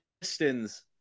Pistons